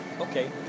Okay